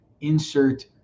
insert